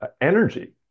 energy